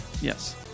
Yes